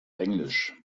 englisch